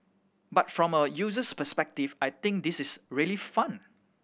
but from a user's perspective I think this is really fun